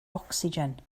ocsigen